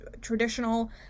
traditional